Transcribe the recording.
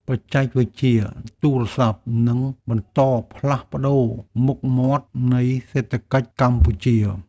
បច្ចេកវិទ្យាទូរស័ព្ទនឹងបន្តផ្លាស់ប្តូរមុខមាត់នៃសេដ្ឋកិច្ចកម្ពុជា។